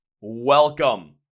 welcome